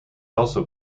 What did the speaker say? also